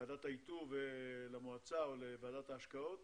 לוועדת האיתור ולמועצה או לוועדת ההשקעות